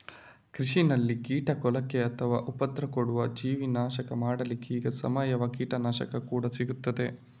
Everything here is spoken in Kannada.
ಕೃಷಿನಲ್ಲಿ ಕೀಟ ಕೊಲ್ಲಿಕ್ಕೆ ಅಥವಾ ಉಪದ್ರ ಕೊಡುವ ಜೀವಿ ನಾಶ ಮಾಡ್ಲಿಕ್ಕೆ ಈಗ ಸಾವಯವ ಕೀಟನಾಶಕ ಕೂಡಾ ಸಿಗ್ತದೆ